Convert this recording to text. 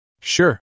Sure